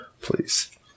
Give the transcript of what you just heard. please